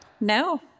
No